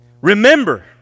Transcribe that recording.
Remember